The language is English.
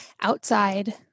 outside